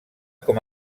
com